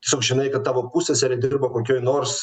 tiesiog žinai kad tavo puseserė yra dirba kokioj nors